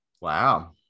Wow